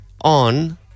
on